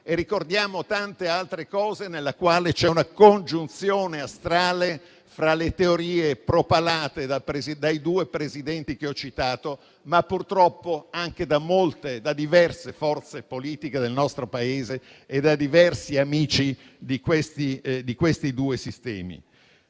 ricordiamo tante altre cose nelle quali c'è una congiunzione astrale fra le teorie propalate da due Presidenti che ho citato, ma purtroppo anche da diverse forze politiche del nostro Paese e da diversi amici di quei due sistemi.